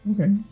Okay